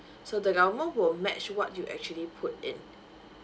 so the government will match what you actually put in